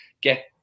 get